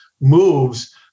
moves